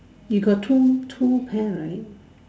you got two two pair right